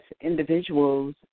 individuals